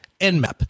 NMAP